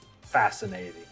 fascinating